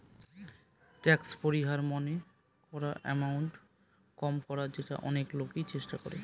tax পরিহার মানে করা এমাউন্ট কম করা যেটা অনেক লোকই চেষ্টা করে